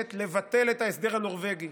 מבקשת לבטל את ההסדר הנורבגי